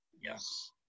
Yes